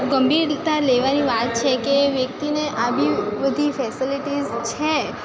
ગંભીરતા લેવાની વાત છે કે વ્યક્તિને આવી બધી ફેસલિટીસ છે